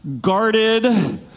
guarded